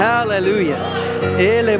Hallelujah